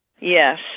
Yes